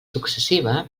successiva